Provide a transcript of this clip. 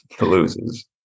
loses